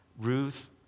Ruth